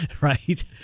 Right